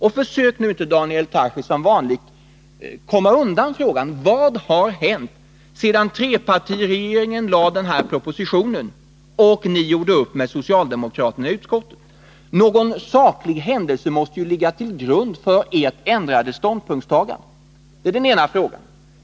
Försök nu inte, Daniel Tarschys, att som vanligt komma undan frågan: Vad har hänt sedan trepartiregeringen lade fram propositionen och ni gjorde upp med socialdemokraterna i utskottet? Någon saklig händelse måste väl ligga till grund för ert ändrade ståndspunktstagande? — Det är den ena frågan.